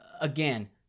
Again